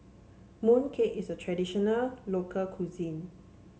mooncake is a traditional local cuisine